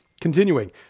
Continuing